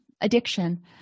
addiction